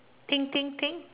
think think think